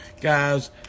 Guys